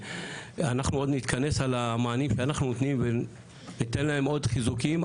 אנחנו עוד נתכנס על המענים שאנחנו נותנים וניתן להם עוד חיזוקים,